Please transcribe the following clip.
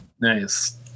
Nice